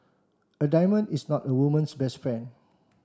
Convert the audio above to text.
a diamond is not a woman's best friend